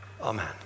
amen